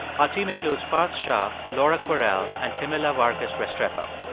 our team includes parth shah, laura kwerel and camila vargas restrepo.